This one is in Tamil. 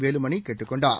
வேலுமணி கேட்டுக் கொண்டார்